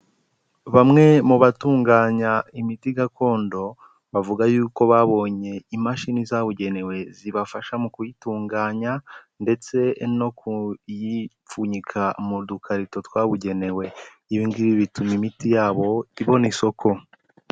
Bamwe mu batunganya imiti gakondo bavuga yuko babonye imashini zabugenewe zibafasha mu kuyitunganya ndetse no kuyipfunyika mu dukarito twabugenewe, ibi ngibi bituma imiti yabo ibona isoko.